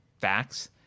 facts